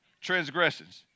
transgressions